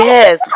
Yes